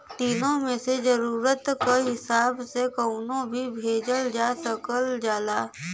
तीनो मे से जरुरत क हिसाब से कउनो भी भेजल जा सकल जाला